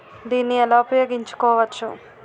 దీన్ని ఎలా ఉపయోగించు కోవచ్చు?